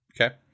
Okay